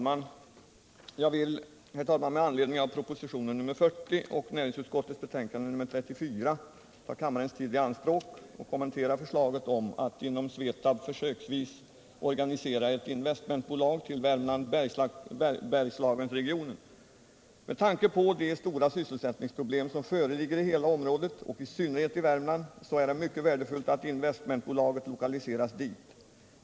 Herr talman! Jag vill med anledning av proposition nr 40 och näringsutskottets betänkande nr 34 ta kammarens tid i anspråk och kommentera förslaget om att inom SVETAB försöksvis lokalisera ett invest 97 mentbolag till Värmland-Bergslagenregionen. Med tanke på de stora sysselsättningsproblem som föreligger i hela området och i synnerhet i Värmland är det mycket värdefullt att investmentbolaget lokaliseras dit.